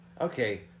Okay